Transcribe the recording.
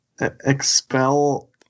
Expel